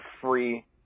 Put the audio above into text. free